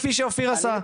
כפי שאופיר עשה.